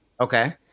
okay